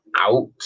out